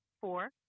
four